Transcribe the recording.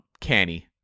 canny